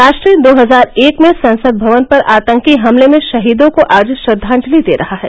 राष्ट्र दो हजार एक में संसद भवन पर आतंकी हमले में शहीदों को आज श्रद्वांजलि दे रहा है